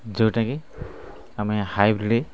ଯେଉଁଟାକି ଆମେ ହାଇବ୍ରିଡ଼୍